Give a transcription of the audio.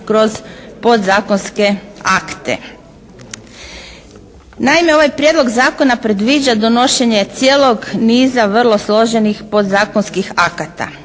kroz podzakonske akte. Naime, ovaj prijedlog zakona predviđa donošenje cijelog niza vrlo složenih podzakonskih akata